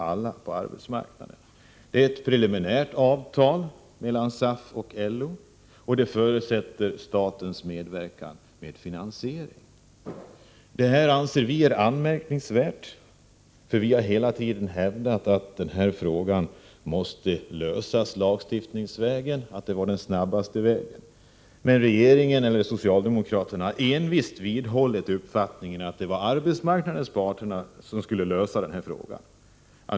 Detta är ett preliminärt avtal mellan SAF och LO, och det förutsätter statens medverkan genom finansiering. 65 Detta anser vi är anmärkningsvärt. Vi har nämligen hela tiden hävdat att denna fråga måste lösas lagstiftningsvägen, därför att den är snabbast. Men regeringen och socialdemokraterna har envist vidhållit uppfattningen att det var arbetsmarknadsparterna som skulle lösa den här frågan.